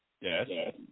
Yes